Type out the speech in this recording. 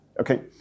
Okay